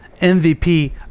MVP